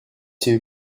two